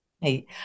Hey